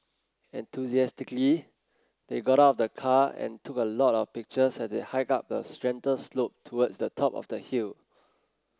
enthusiastically they got out of the car and took a lot of pictures as they hiked up a slope towards the top of the hill